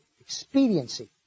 expediency